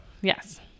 Yes